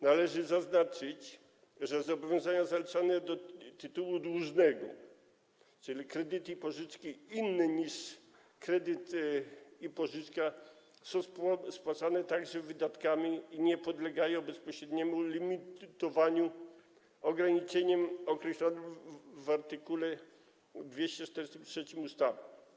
Należy zaznaczyć, że zobowiązania zaliczane do tytułu dłużnego - kredyty i pożyczki, inne niż kredyt i pożyczka, są spłacane także wydatkami i nie podlegają bezpośredniemu limitowaniu ograniczeniem określonym w art. 243 ustawy.